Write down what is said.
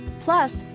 Plus